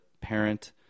parent